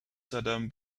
saddam